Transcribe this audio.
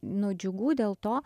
nu džiugau dėl to